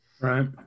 Right